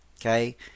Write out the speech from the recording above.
okay